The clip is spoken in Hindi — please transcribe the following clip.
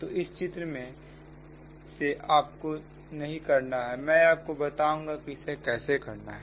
तो यह चित्र से आपको नहीं करना है मैं आपको बताऊंगा कि इसे कैसे करना है